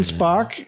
Spock